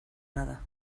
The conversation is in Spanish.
nada